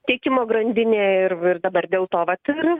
tiekimo grandinė ir ir dabar dėl to vat ir